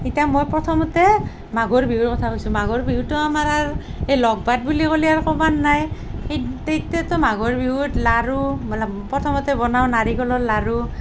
ইতা মই প্ৰথমতে মাঘৰ বিহুৰ কথা কৈছোঁ মাঘৰ বিহুতো আমাৰ আৰু এই লগ ভাত বুলি ক'লি আৰু কবাৰ নাই সেই তেতাটো মাঘৰ বিহুত লাৰু মানে প্ৰথমতে বনাওঁ নাৰিকলৰ লাৰু